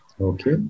Okay